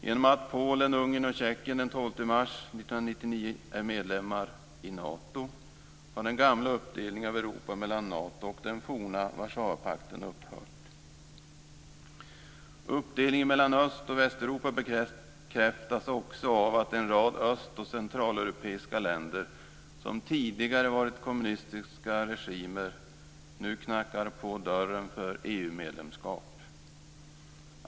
Genom att Polen, Ungern och Tjeckien sedan den 12 mars 1999 är medlemmar i Nato har den gamla uppdelningen av Europa mellan Nato och den forna Warszawapakten upphört. Uppdelningen mellan Öst och Västeuropa bekräftas också av att en rad öst och centraleuropeiska länder, som tidigare varit kommunistiska regimer, nu knackar på dörren för EU-medlemskap.